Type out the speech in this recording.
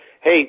hey